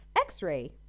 x-ray